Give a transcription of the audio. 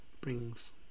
brings